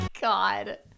God